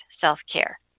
self-care